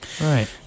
Right